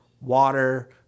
water